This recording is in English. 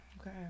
Okay